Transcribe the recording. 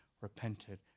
repented